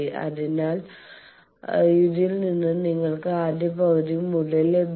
അതിനാൽ ഇതിൽ നിന്ന് നിങ്ങൾക്ക് ആദ്യ പകുതി മൂല്യം ലഭിക്കും